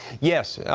yes. yeah